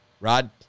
Rod